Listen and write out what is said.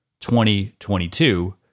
2022